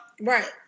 Right